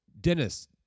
Dennis